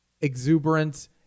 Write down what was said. exuberant